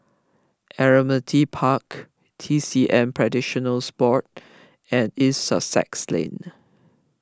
Admiralty Park T C M Practitioners Board and East Sussex Lane